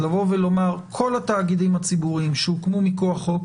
לבוא ולומר שכל התאגידים הציבוריים שהוקמו מכוח חוק